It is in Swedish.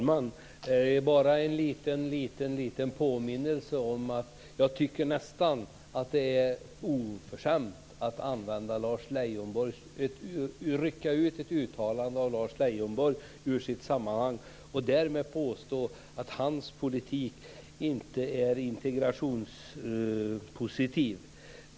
Fru talman! Jag tycker nästan att det är oförskämt att rycka ut ett uttalande av Lars Leijonborg ur sitt sammanhang och därmed påstå att hans politik inte är integrationspositiv.